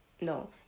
No